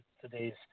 today's